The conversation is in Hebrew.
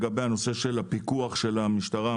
לגבי הנושא של הפיקוח של המשטרה,